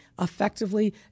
effectively